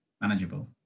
manageable